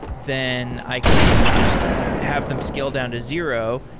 then i can just have them scale down to zero.